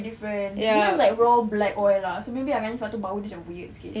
got difference it's like raw black oil so maybe pasal tu bau dia macam weird sikit